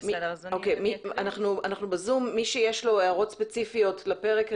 מי שיש לו הערות ספציפיות לפרק,